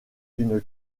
une